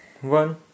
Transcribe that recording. one